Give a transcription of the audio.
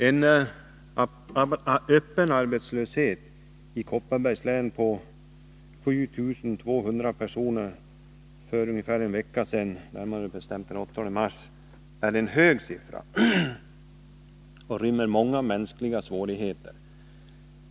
En öppen arbetslöshet i Kopparbergs län på 7 200 personer för ungefär en vecka sedan — närmare bestämt den 8 mars — är en hög siffra och den rymmer många mänskliga svårigheter.